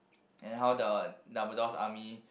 and how the Dumbledore's army